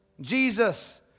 Jesus